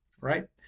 right